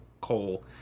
coal